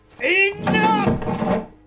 Enough